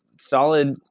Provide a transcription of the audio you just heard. solid